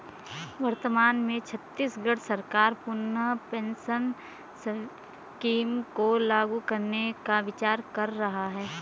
वर्तमान में छत्तीसगढ़ सरकार पुनः पेंशन स्कीम को लागू करने का विचार कर रही है